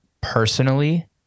personally